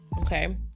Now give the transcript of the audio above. Okay